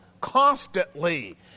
constantly